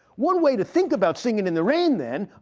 one way to think about singin' in the rain, then